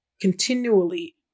continually